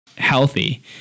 healthy